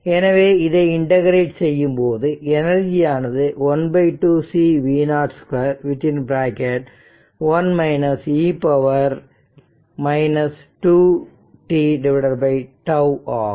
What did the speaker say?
எனவே இதை இன்டகிரேட் செய்யும்போது எனர்ஜியானது ½ C v0 2 1 e 2 tτ ஆகும்